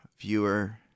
viewer